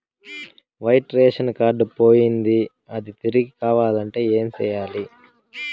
white ration card పోయింది అది తిరిగి కావాలంటే ఏం సేయాలి